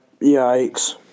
yikes